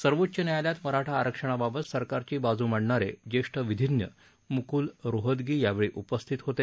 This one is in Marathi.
सर्वोच्च न्यायालयात मराठा आरक्षणाबाबत सरकारची बाजू मांडणारे ज्येष्ठ विधिज्ञ मुकूल रोहतगी यावेळी उपस्थित होते